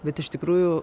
bet iš tikrųjų